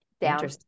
down